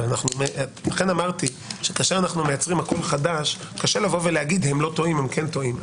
אבל לכן אמרתי שכאשר אנו מייצרים הכול חדש קשה לומר: הם כן טועים,